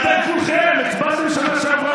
עשינו רפורמה אדירה